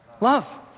Love